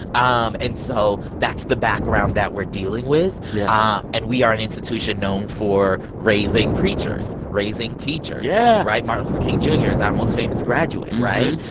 um and so that's the background that we're dealing with yeah um and we are an institution known for raising preachers, raising teachers. yeah. right? martin luther king jr. is our most famous graduate, right?